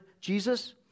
Jesus